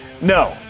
No